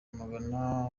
muganira